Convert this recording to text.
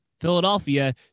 Philadelphia